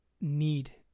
need